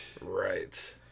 right